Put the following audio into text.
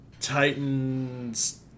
Titans